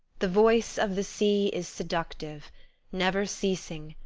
the voice of the sea is seductive never ceasing,